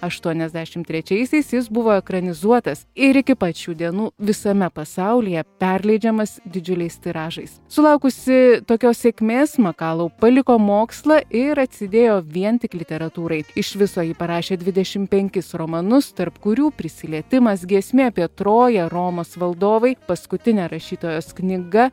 aštuoniasdešimt trečiaisiais jis buvo ekranizuotas ir iki pat šių dienų visame pasaulyje perleidžiamas didžiuliais tiražais sulaukusi tokios sėkmės makalau paliko mokslą ir atsidėjo vien tik literatūrai iš viso ji parašė dvidešimt penkis romanus tarp kurių prisilietimas giesmė apie troją romos valdovai paskutinė rašytojos knyga